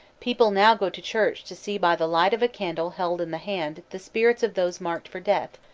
people now go to church to see by the light of a candle held in the hand the spirits of those marked for death,